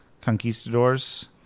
conquistadors